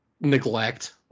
neglect